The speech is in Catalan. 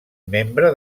membre